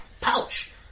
pouch